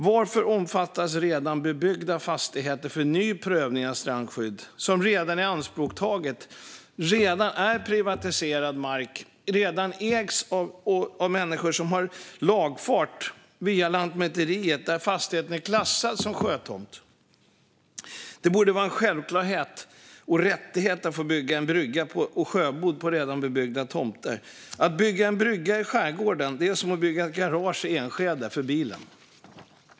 Varför omfattas redan bebyggda fastigheter för ny prövning av strandskydd, som redan är ianspråktaget, som redan är privatiserad mark, redan ägs av människor som har lagfart via Lantmäteriet där fastigheten är klassad som sjötomt? Det borde vara en självklarhet och rättighet att få bygga en brygga och sjöbod på redan bebyggda tomter. Att bygga en brygga i skärgården är som att bygga ett garage för bilen i Enskede.